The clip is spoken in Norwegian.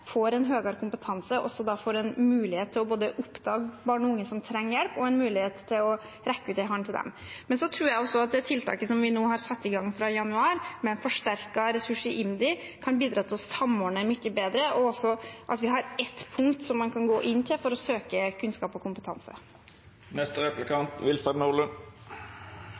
da har mulighet til å oppdage barn og unge som trenger hjelper, og rekke ut en hånd til dem. Jeg tror også at det tiltaket vi har satt i gang fra januar i år, med en forsterket ressurs i IMDi, kan bidra til å samordne mye bedre. Det er da ett punkt man kan gå til for å søke kunnskap og